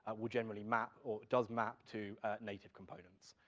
will generally map, or does map, to native components,